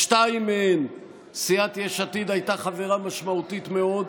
בשתיים מהן סיעת יש עתיד הייתה חברה משמעותית מאוד,